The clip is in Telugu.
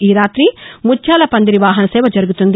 ఈ రాతి ముత్యాల పందిరి వాహన సేవ జరుగుతుంది